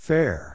Fair